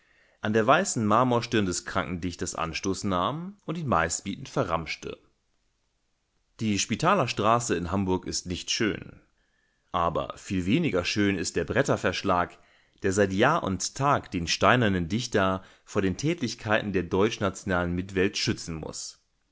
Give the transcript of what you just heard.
an der weißen marmorstirn des kranken dichters anstoß nahm und ihn meistbietend verramschte die spitaler straße in hamburg ist nicht schön aber viel weniger schön ist der bretterverschlag der seit jahr und tag den steinernen dichter vor den tätlichkeiten der deutschnationalen mitwelt schützen muß